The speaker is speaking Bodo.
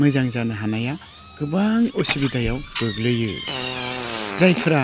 मोजां जानो हानाया गोबां उसुबिदायाव गोग्लैयो जायफ्रा